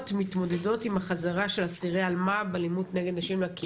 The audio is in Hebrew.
מתמודדות עם החזרה של אסירי אלמ"ב לקהילה.